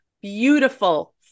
beautiful